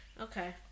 Okay